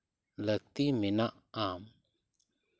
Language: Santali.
ᱞᱟᱹᱠᱛᱤ ᱢᱮᱱᱟᱜᱼᱟ